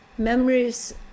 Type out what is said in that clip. memories